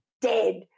dead